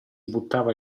buttava